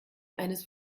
eines